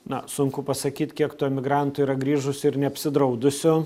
na sunku pasakyt kiek tų emigrantų yra grįžusių ir neapsidraudusių